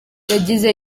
yagize